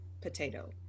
potato